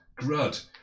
Grud